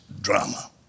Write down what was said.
drama